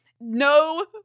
no